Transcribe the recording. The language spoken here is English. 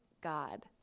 God